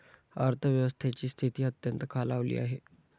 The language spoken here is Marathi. अर्थव्यवस्थेची स्थिती अत्यंत खालावली आहे